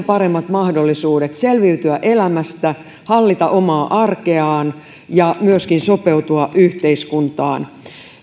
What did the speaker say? paremmat mahdollisuudet selviytyä elämästä hallita omaa arkeaan ja myöskin sopeutua yhteiskuntaan